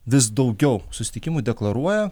vis daugiau susitikimų deklaruoja